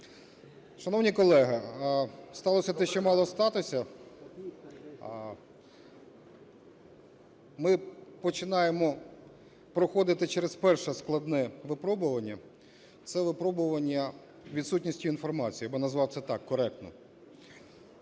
Шановні колеги, сталося те, що мало статися: ми починаємо проходити через перше складне випробування, це випробування відсутністю інформації, я б назвав це так коректно.